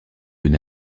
une